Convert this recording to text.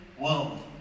world